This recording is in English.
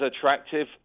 attractive